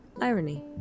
Irony